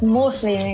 mostly